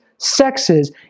sexes